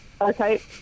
Okay